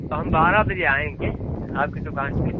हम बारह बजे आएंगे आपकी दुकान पे